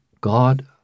God